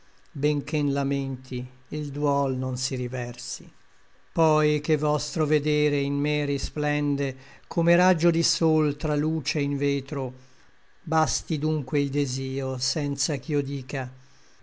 benché n lamenti il duol non si riversi poi che vostro vedere in me risplende come raggio di sol traluce in vetro basti dunque il desio senza ch'io dica